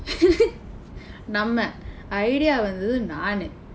நம்ம:namma idea வந்தது நானு:vandthathu naanu